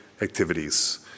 activities